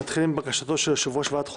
נתחיל עם בקשתו של יושב-ראש ועדת החוקה,